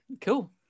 cool